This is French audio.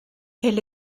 elle